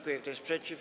Kto jest przeciw?